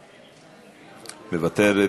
מוותרת.